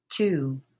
Two